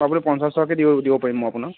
আপুনি পঞ্চাশ টকাকে দিব দিব পাৰিম মই আপোনাক